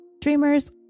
dreamers